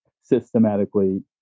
systematically